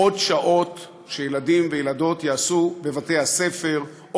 עוד שעות שילדים וילדות יעשו בבתי-הספר או